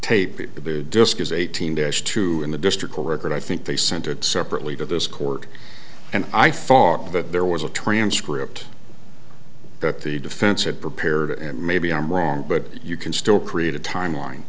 tape the disk is eighteen days two and the district will record i think they sent it separately to this court and i thought that there was a transcript that the defense had prepared and maybe i'm wrong but you can still create a time line